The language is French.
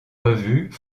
revues